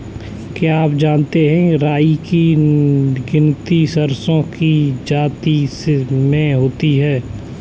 क्या आप जानते है राई की गिनती सरसों की जाति में होती है?